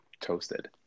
toasted